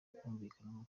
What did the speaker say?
kumuviramo